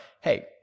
Hey